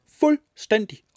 fuldstændig